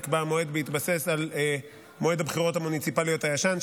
נקבע מועד בהתבסס על מועד הבחירות המוניציפליות הישן,